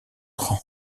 rang